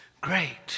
great